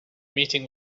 meeting